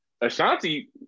Ashanti